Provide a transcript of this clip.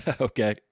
Okay